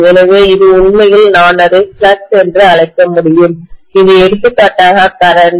எனவே இது உண்மையில் நான் அதை ஃப்ளக்ஸ் என்று அழைக்க முடியும் இது எடுத்துக்காட்டாக கரண்ட்